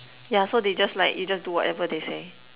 yeah so they just like you just do whatever they say